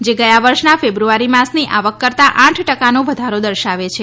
જે ગયા વર્ષના ફેબ્રુઆરી માસની આવક કરતાં આઠ ટકાનો વધારો દર્શાવે છે